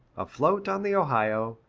afloat on the ohio,